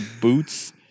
boots